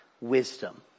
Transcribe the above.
wisdom